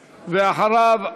ואחריו,